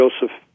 Joseph